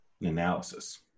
Analysis